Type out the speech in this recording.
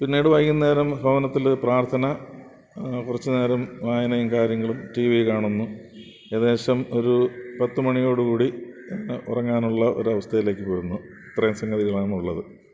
പിന്നീട് വൈകുന്നേരം ഭവനത്തിൽ പ്രാർത്ഥന കുറച്ച് നേരം വായനയും കാര്യങ്ങളും റ്റി വി കാണുന്നു ഏകദേശം ഒരു പത്ത് മണിയോടു കൂടി ഉറങ്ങാനുള്ള ഒരു അവസ്ഥയിലേക്ക് വരുന്നു ഇത്രയും സംഗതികളാണ് ഉള്ളത്